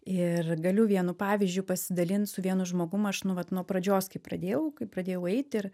ir galiu vienu pavyzdžiu pasidalint su vienu žmogum aš nu vat nuo pradžios kai pradėjau kai pradėjau eit ir